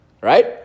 Right